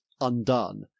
undone